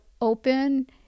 open